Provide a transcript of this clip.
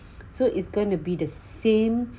so it's gonna be the same